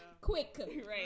quick